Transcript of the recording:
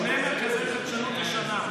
שני מרכזי חדשנות השנה.